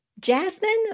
Jasmine